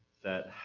that,